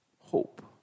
hope